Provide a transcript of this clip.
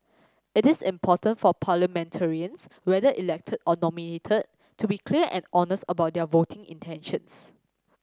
it is important for parliamentarians whether elected or nominated to be clear and honest about their voting intentions